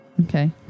Okay